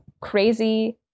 crazy